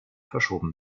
verschoben